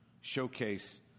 showcase